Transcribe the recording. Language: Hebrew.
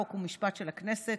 חוק ומשפט של הכנסת,